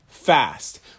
Fast